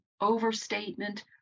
overstatement